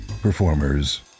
performers